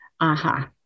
aha